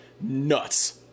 nuts